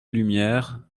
lumière